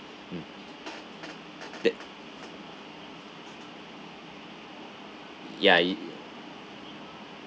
mm ya